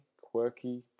quirky